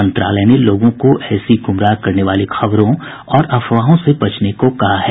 मंत्रालय ने लोगों को ऐसी गुमराह करने वाली खबरों और अफवाहों से बचने को कहा है